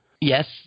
Yes